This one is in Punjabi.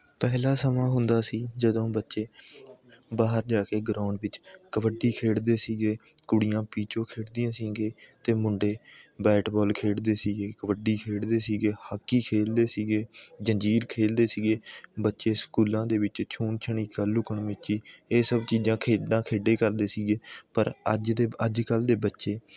ਪਹਿਲਾਂ ਸਮਾਂ ਹੁੰਦਾ ਸੀ ਜਦੋਂ ਬੱਚੇ ਬਾਹਰ ਜਾ ਕੇ ਗਰਾਊਂਡ ਵਿੱਚ ਕਬੱਡੀ ਖੇਡਦੇ ਸੀ ਕੁੜੀਆਂ ਪੀਚੋ ਖੇਡਦੀਆਂ ਸੀ ਅਤੇ ਮੁੰਡੇ ਬੈਟ ਬੌਲ ਖੇਡਦੇ ਸੀ ਕਬੱਡੀ ਖੇਡਦੇ ਸੀ ਹਾਕੀ ਖੇਲਦੇ ਸੀ ਜੰਜ਼ੀਰ ਖੇਲਦੇ ਸੀ ਬੱਚੇ ਸਕੂਲਾਂ ਦੇ ਵਿੱਚ ਛੂਹਣ ਛਣੀਕਾ ਲੁੱਕਣ ਮੀਚੀ ਇਹ ਸਭ ਚੀਜ਼ਾਂ ਖੇਡਾਂ ਖੇਡੇ ਕਰਦੇ ਸੀ ਪਰ ਅੱਜ ਦੇ ਅੱਜ ਕੱਲ੍ਹ ਦੇ ਬੱਚੇ